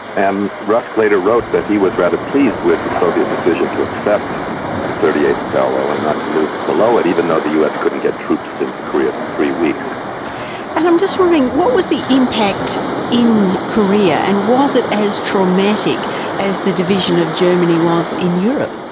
and rusk later wrote that he was rather pleased with the soviet decision to accept the thirty eighth parallel and not to move below it, even though the us couldn't get troops into korea for three weeks. and i'm just wondering, what was the impact in korea, and was it as traumatic as the division of germany was in europe?